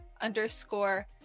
underscore